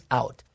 out